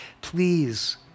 Please